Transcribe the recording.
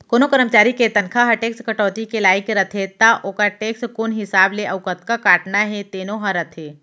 कोनों करमचारी के तनखा ह टेक्स कटौती के लाइक रथे त ओकर टेक्स कोन हिसाब ले अउ कतका काटना हे तेनो ह रथे